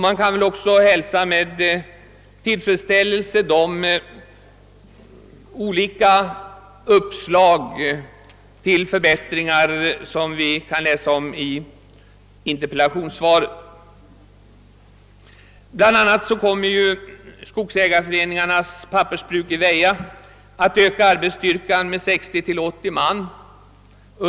Man kan också med tillfredsställelse hälsa de olika uppslag till förbättringar som inrikesministern återgav i interpellationssvaret. Bl. a. kommer skogsägarföreningarnas papperspruk i Väja att under nästa år öka arbetsstyrkan med 60—380 man.